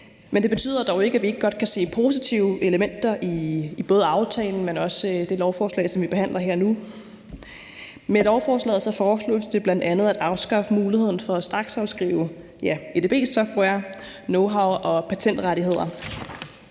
men det betyder dog ikke, at vi ikke godt kan se positive elementer både i aftalen og det lovforslag, som vi behandler her nu. Med lovforslaget foreslås det bl.a. at afskaffe muligheden for at straksafskrive, ja, edb-software, knowhow og patentrettigheder.